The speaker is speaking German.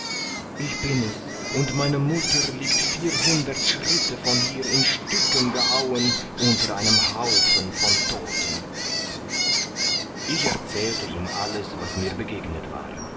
ich bin es und meine mutter liegt vierhundert schritte von hier in stücken gehauen unter einem haufen von todten ich erzählte ihm alles was mir begegnet war